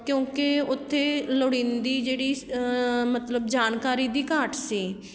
ਕਿਉਂਕਿ ਉੱਥੇ ਲੋੜੀਂਦੀ ਜਿਹੜੀ ਮਤਲਬ ਜਾਣਕਾਰੀ ਦੀ ਘਾਟ ਸੀ